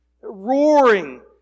roaring